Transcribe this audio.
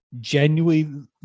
genuinely